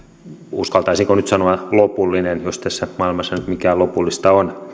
uskaltaisinko nyt sanoa lopullinen jos tässä maailmassa nyt mikään lopullista on